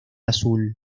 azul